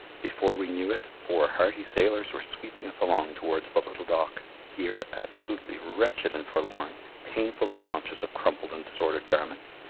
before we knew it four hearty sailors were sweeping us along towards the little dock. here, absolutely wretched and forlorn, painfully conscious of crumpled and disordered garments,